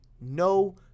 No